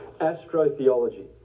Astro-theology